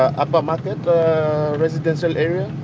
ah but market residential area,